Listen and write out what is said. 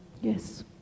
Yes